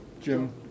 Jim